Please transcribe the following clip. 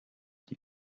die